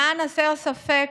למען הסר ספק,